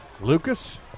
Lucas